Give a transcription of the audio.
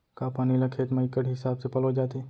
का पानी ला खेत म इक्कड़ हिसाब से पलोय जाथे?